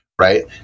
right